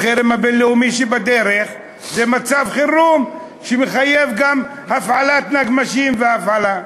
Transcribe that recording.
החרם הבין-לאומי שבדרך הוא מצב חירום שמחייב גם הפעלת נגמ"שים ובהלה.